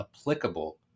applicable